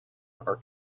are